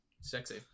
Sexy